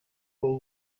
will